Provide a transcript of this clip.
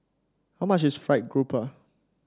how much is fried grouper